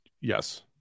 Yes